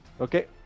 Okay